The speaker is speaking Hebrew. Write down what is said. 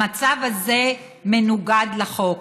המצב הזה מנוגד לחוק,